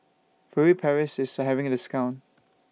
Furtere Paris IS having A discount